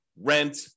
rent